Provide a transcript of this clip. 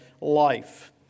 life